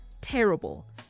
terrible